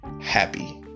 happy